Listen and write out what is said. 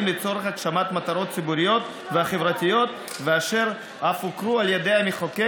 לצורך הגשמת מטרות ציבוריות וחברתיות ואשר אף הוכרו על ידי המחוקק